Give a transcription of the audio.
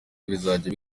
bizajya